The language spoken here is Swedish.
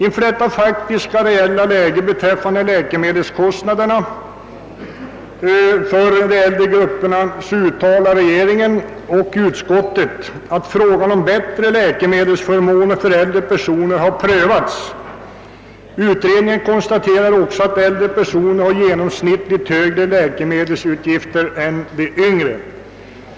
Inför detta faktiska läge beträffande läkemedelskostnaderna för de äldre grupperna uttalar Kungl. Maj:t och utskottet, att frågan om bättre läkemedelsförmåner för äldre personer har prövats. Utredningen konstaterar också att äldre personer har genomsnittligt högre läkemedelsutgifter än de yngre.